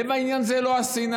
לב העניין הוא לא השנאה.